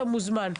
אתה מוזמן,